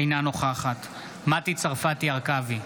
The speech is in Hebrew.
אינה נוכחת מטי צרפתי הרכבי,